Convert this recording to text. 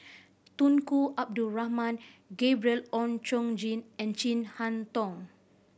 Tunku Abdul Rahman Gabriel Oon Chong Jin and Chin Harn Tong